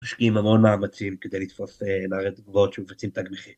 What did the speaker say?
משקיעים המון מאמצים כדי לתפוס, להראית תגובות שמופצים תג מחיר.